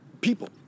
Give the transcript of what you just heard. people